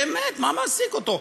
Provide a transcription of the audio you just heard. באמת, מה מעסיק אותו?